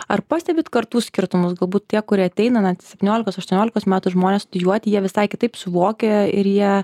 ar pastebit kartų skirtumus galbūt tie kurie ateina septyniolikos aštuoniolikos metų žmonės studijuoti jie visai kitaip suvokia ir jie